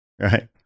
Right